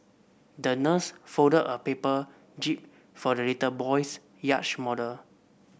the nurse folded a paper jib for the little boy's yacht model